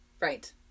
Right